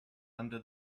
under